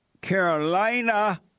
Carolina